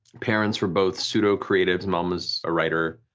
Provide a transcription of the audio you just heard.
parents were both pseudo-creatives, mom was a writer,